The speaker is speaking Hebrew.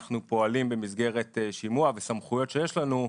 פועלים במסגרת שימוע וסמכויות שיש לנו,